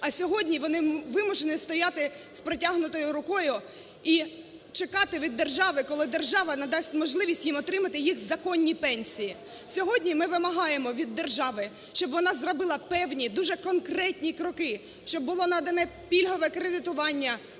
а сьогодні вони вимушені стояти з протягнутою рукою і чекати від держави, коли держава надасть можливість їм отримати їх законні пенсії. Сьогодні ми вимагаємо від держави, щоб вона зробила певні дуже конкретні кроки, щоб було надане пільгове кредитування